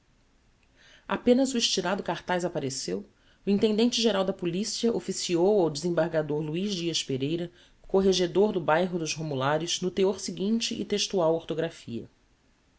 apenas o estirado cartaz appareceu o intendente geral da policia officiou ao desembargador luiz dias pereira corregedor do bairro dos romulares no theor seguinte e textual orthographia